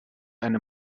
eine